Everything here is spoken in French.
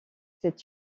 cette